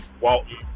Walton